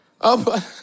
up